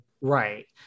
Right